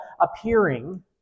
appearing